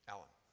Alan